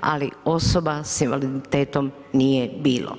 ali osoba s invaliditetom nije bilo.